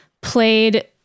played